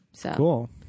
Cool